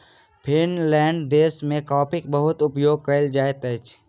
Finland देश में कॉफ़ीक बहुत उपयोग कयल जाइत अछि